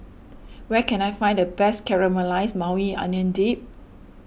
where can I find the best Caramelized Maui Onion Dip